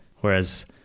whereas